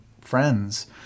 friends